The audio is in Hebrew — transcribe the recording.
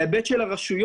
מההיבט של הרשויות,